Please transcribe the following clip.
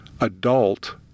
adult